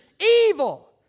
evil